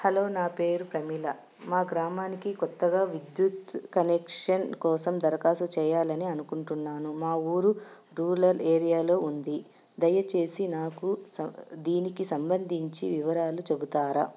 hello నా పేరు ప్రమీల మా గ్రామానికి కొత్తగా విద్యుత్ కనెక్షన్ కోసం దరఖాస్తు చేయాలని అనుకుంటున్నాను మా ఊరు రూరల్ ఏరియాలో ఉంది దయచేసి నాకు దీనికి సంబంధించి వివరాలు చెప్తారా